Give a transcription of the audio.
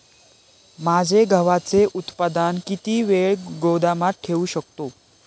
माझे गव्हाचे उत्पादन किती वेळ गोदामात ठेवू शकतो?